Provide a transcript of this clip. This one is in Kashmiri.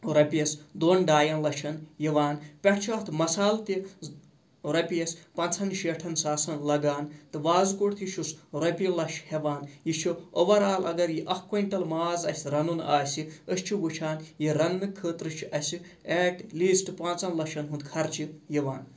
رۄپیَس دۄن ڈایَن لَچھَن یِوان پٮ۪ٹھ چھُ اَتھ مَسالہٕ تہِ رۄپیَس پنٛژٕہَن شیٹھَن ساسَن لَگان تہٕ وازکوٚٹ تہِ چھُس رۄپیہِ لَچھ ہیٚوان یہِ چھُ اوٚوَرآل اگر یہِ اَکھ کویِنٹَل ماز اَسہِ رَنُن آسہِ أسۍ چھِ وٕچھان یہِ رَننہٕ خٲطرٕ چھِ اَسہِ ایٹ لیٖسٹ پانٛژَن لَچھَن ہُنٛد خرچہِ یِوان